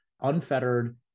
unfettered